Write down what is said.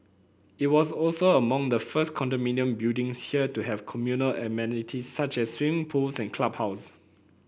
it was also among the first condominium buildings here to have communal amenities such as swim pools and clubhouses